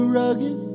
rugged